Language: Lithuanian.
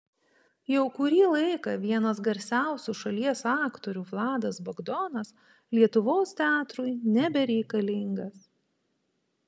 jau kurį laiką vienas garsiausių šalies aktorių vladas bagdonas lietuvos teatrui nebereikalingas